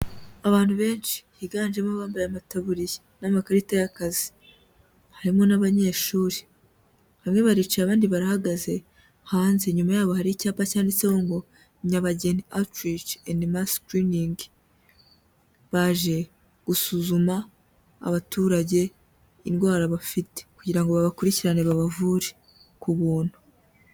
Abantu benshi higanjemo bambaye amataburiya n'amakarita y'akazi, harimo n'abanyeshuri bamwe baricaye abandi barahagaze, hanze inyuma yabo hari icyapa cyanditseho ngo nyabageni astrich and mass clining, baje gusuzuma abaturage indwara bafite kugira ngo babakurikirane babavure ku buntu.